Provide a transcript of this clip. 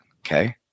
Okay